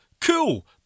Cool